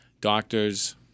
Doctors